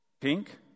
Pink